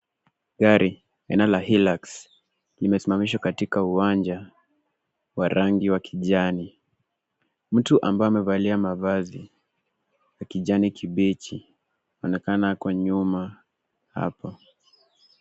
Gari, aina la Hilux, limesimamishwa katika uwanja wa rangi wa kijani. Mtu ambaye amevalia mavazi ya kijani kibichi anaonekana ako nyuma hapa.